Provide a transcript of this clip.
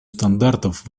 стандартов